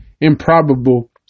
improbable